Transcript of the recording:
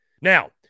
now